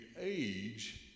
age